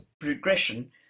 progression